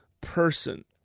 person